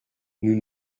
nous